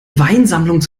weinsammlung